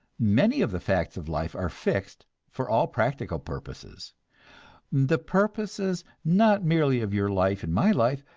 many of the facts of life are fixed for all practical purposes the purposes not merely of your life and my life,